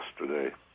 yesterday